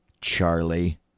Charlie